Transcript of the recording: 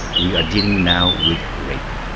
we are dealing now with rape.